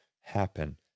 happen